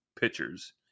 pitchers